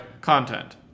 content